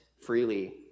freely